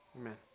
Amen